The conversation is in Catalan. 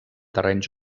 terrenys